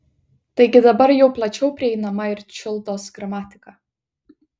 taigi dabar jau plačiau prieinama ir čiuldos gramatika